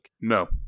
No